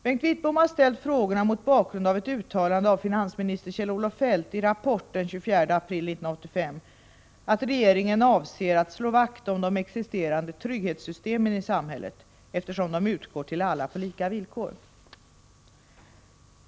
Bengt Wittbom har ställt frågorna mot bakgrund av ett uttalande av finansminister Kjell-Olof Feldt i Rapport den 24 april 1985, att regeringen avser att slå vakt om de existerande trygghetssystemen i samhället eftersom de utgår till alla på lika villkor.